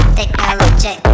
technology